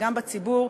וגם בציבור,